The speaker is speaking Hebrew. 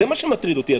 זה מה שמטריד אותי,